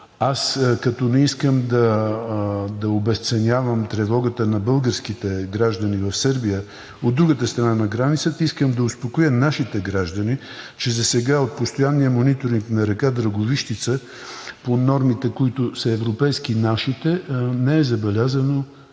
Аз, като не искам да обезценявам тревогата на българските граждани в Сърбия, от другата страна на границата, искам да успокоя нашите граждани, че засега от постоянния мониторинг на река Драговищица по нашите норми, които са европейски, не е забелязано